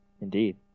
Indeed